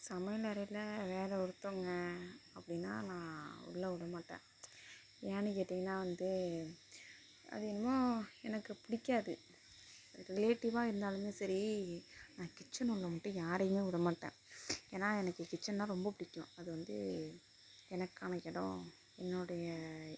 சமையலறையில வேற ஒருத்தவங்க அப்படின்னா நான் உள்ளே விடமாட்டேன் ஏன் கேட்டீங்கன்னால் வந்து அது என்னமோ எனக்கு பிடிக்காது ரிலேட்டிவ்வாக இருந்தாலுமே சரி நான் கிச்சன் உள்ளே மட்டும் யாரையுமே விட மாட்டேன் ஏன்னா எனக்கு கிச்சன்னால் ரொம்ப பிடிக்கும் அது வந்து எனக்கான இடம் என்னோடய